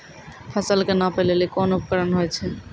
फसल कऽ नापै लेली कोन उपकरण होय छै?